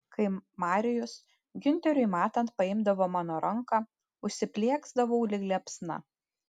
kai marijus giunteriui matant paimdavo mano ranką užsiplieksdavau lyg liepsna